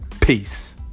Peace